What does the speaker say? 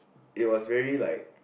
it was very like